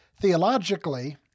theologically